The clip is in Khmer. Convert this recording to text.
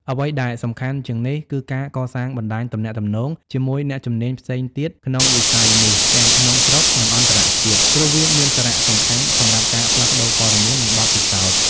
អ្វីដែលសំខាន់ជាងនេះ គឺការកសាងបណ្តាញទំនាក់ទំនងជាមួយអ្នកជំនាញផ្សេងទៀតក្នុងវិស័យនេះ ទាំងក្នុងស្រុក និងអន្តរជាតិ ព្រោះវាមានសារៈសំខាន់សម្រាប់ការផ្លាស់ប្តូរព័ត៌មាន និងបទពិសោធន៍។